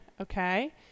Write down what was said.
Okay